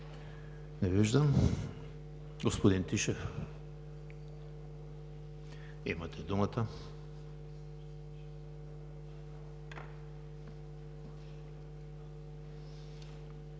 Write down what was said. Не виждам. Господин Тишев, имате думата.